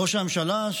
ראש הממשלה,